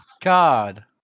god